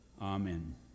Amen